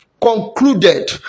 Concluded